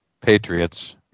Patriots